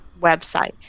website